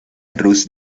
cruz